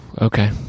Okay